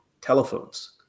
telephones